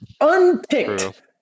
Unpicked